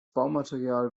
baumaterial